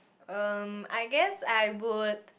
um I guess I would